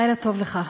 לילה טוב לך.